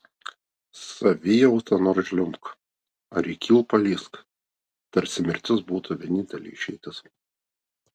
savijauta nors žliumbk ar į kilpą lįsk tarsi mirtis būtų vienintelė išeitis